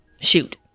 Shoot